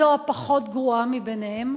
זאת הפחות-גרועה מביניהן,